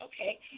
Okay